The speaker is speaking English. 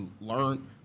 learn